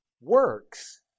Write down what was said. works